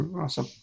Awesome